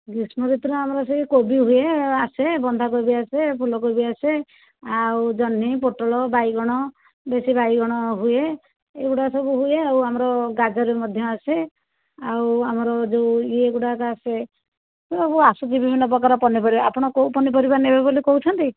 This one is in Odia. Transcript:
ଗ୍ରୀଷ୍ମ ଋତୁରେ ଆମର ସେଇ କୋବି ହୁଏ ଆସେ ବନ୍ଧାକୋବି ଆସେ ଫୁଲକୋବି ଆସେ ଆଉ ଜହ୍ନି ପୋଟଳ ବାଇଗଣ ଦେଶୀ ବାଇଗଣ ହୁଏ ଏଗୁଡ଼ା ସବୁ ହୁଏ ଆଉ ଆମର ଗାଜର ମଧ୍ୟ ଆସେ ଆଉ ଆମର ଯେଉଁ ଇଏ ଗୁଡ଼ାକ ଆସେ ସବୁ ଆସେ ବିଭିନ୍ନପ୍ରକାରର ପନିପରିବା ଆପଣ କେଉଁ ପନିପରିବା ନେବେ ବୋଲି କହୁଛନ୍ତି